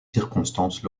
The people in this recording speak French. circonstances